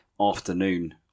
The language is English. afternoon